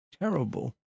terrible